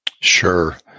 Sure